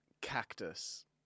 Cactus